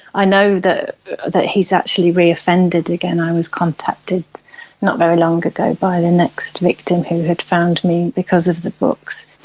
i know that he has actually reoffended again. i was contacted not very long ago by the next victim who had found me, because of the books.